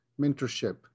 mentorship